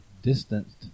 distanced